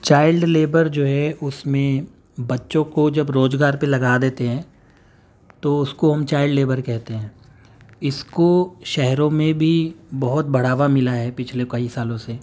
child labour جو ہے اس میں بچوں کو جب روزگار پہ لگا دیتے ہیں تو اس کو ہم چائلڈ لیبر کہتے ہیں اس کو شہروں میں بھی بہت بڑھاوا ملا ہے پچھلے کئی سالوں سے